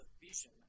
vision